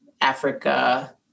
Africa